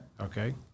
Okay